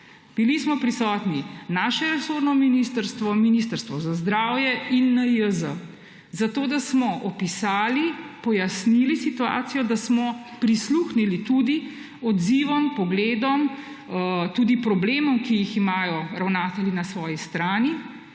Bili smo prisotni naše resorno ministrstvo, Ministrstvo za zdravje in NIJZ zato, da smo opisali, pojasnili situacijo, da smo prisluhnili tudi odzivom, pogledom tudi problemom, ki jih imajo ravnatelji na svoji strani,